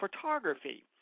photography